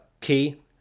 key